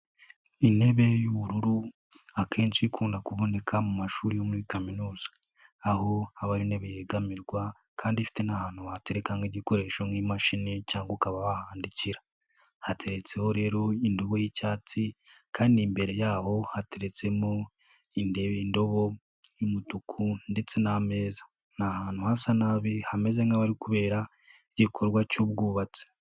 Intebe y'ubururu akenshi ikunda kuboneka mu mashuri yo muri kaminuza, aho haba intebe yegamirwa kandi ifite n'ahantu watereka nk'igikoresho nk'imashini, cyangwa ukaba wahandikira hateretseho rero indobo y'icyatsi, kandi imbere yaho hateretsemo indeba indobo y'umutuku ndetse n'ameza. Ni ahantu hasa nabi hameze nk'ahari kubera igikorwa cy'ubwubatsi.